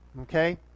Okay